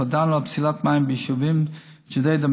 הודענו על פסילת מים ביישובים ג'דיידה-מכר,